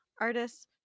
artists